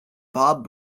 bob